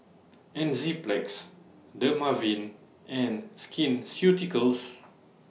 Enzyplex Dermaveen and Skin Ceuticals